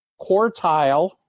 quartile